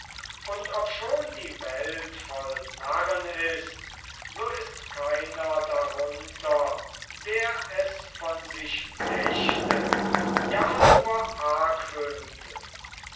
und obschon die welt voll narren ist so ist keiner darunter der es von sich dächte ja